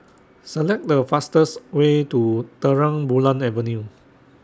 Select The fastest Way to Terang Bulan Avenue